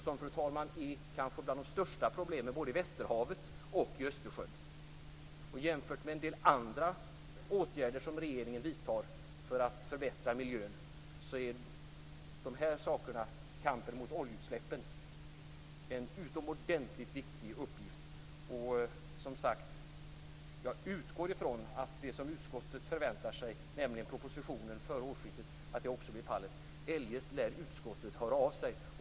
Det är bland de största problemen i Västerhavet och i Östersjön, fru talman. Jämfört med en del andra åtgärder som regeringen vidtar för att förbättra miljön är kampen mot oljeutsläppen en utomordentligt viktig uppgift. Som sagt var, utgår jag från att det som utskottet förväntar sig, nämligen en proposition före årsskiftet, också blir fallet. Eljest lär utskottet höra av sig.